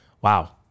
Wow